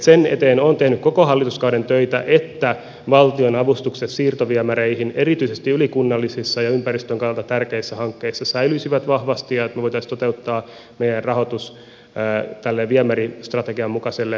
sen eteen olen tehnyt koko hallituskauden töitä että valtion avustukset siirtoviemäreihin erityisesti ylikunnallisissa ja ympäristön kannalta tärkeissä hankkeissa säilyisivät vahvasti ja että me voisimme toteuttaa meidän rahoituksen tälle viemäristrategian mukaiselle ohjelmalle